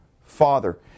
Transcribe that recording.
Father